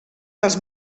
dels